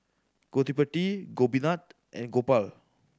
Gottipati Gopinath and Gopal